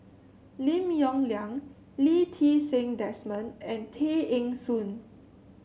Lim Yong Liang Lee Ti Seng Desmond and Tay Eng Soon